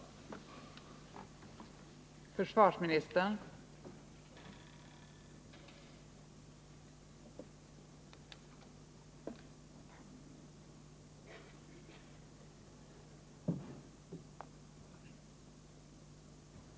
Svara på den!